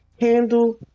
handle